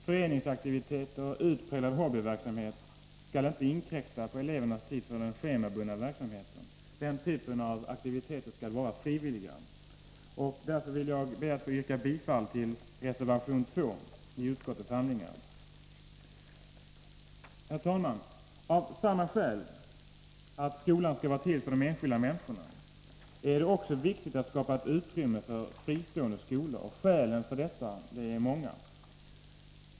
Föreningsaktiviteter och utpräglad hobbyverksamhet skall inte inkräkta på elevernas tid för den schemabundna verksamheten. Den typen av aktiviteter skall vara frivillig. Därför ber jag att få yrka bifall till reservation 2. Herr talman! Av samma anledning — att skolan skall vara till för de enskilda eleverna — är det viktigt att det skapas ett utrymme för fristående skolor. Skälen för detta är många.